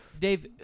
Dave